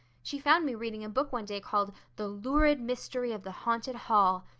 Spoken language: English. she found me reading a book one day called, the lurid mystery of the haunted hall.